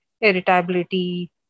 irritability